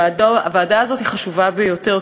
הוועדה הזאת היא חשובה ביותר,